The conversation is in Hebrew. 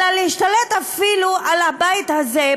אלא להשתלט אפילו על הבית הזה,